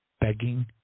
begging